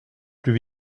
plus